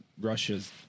Russia's